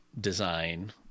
design